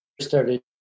started